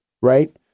right